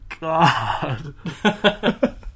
god